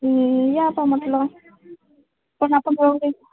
या आता म्हटलं पण आता बोर होईल